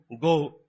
go